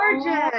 gorgeous